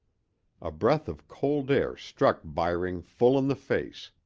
a breath of cold air struck byring full in the face